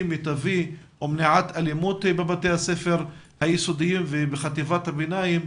מיטבי ומניעת אלימות בבתי הספר היסודיים ובחטיבת הביניים.